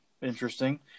Interesting